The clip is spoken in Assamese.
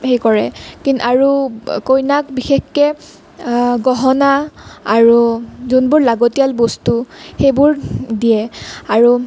হেৰি কৰে আৰু কইনাক বিশেষকৈ গহণা আৰু যোনবোৰ লাগতিয়াল বস্তু সেইবোৰ দিয়ে আৰু